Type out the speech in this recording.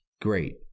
great